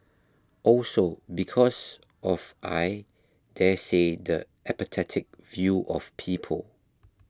also because of I daresay the apathetic view of people